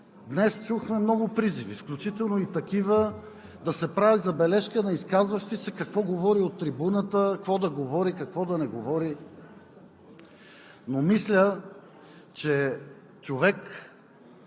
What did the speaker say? Днес чухме много призиви, включително и такива да се прави забележка на изказващия се – какво говори от трибуната, какво да говори, какво да не говори, но мисля, че